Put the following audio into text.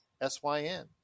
S-Y-N